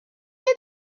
dans